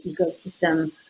ecosystem